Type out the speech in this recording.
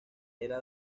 era